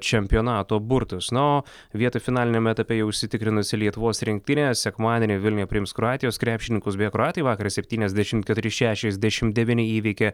čempionato burtus na o vietą finaliniame etape jau užsitikrinusi lietuvos rinktinė sekmadienį vilniuje priims kroatijos krepšininkus beje kroatai vakar septyniasdešimt keturi šešiasdešimt devyni įveikė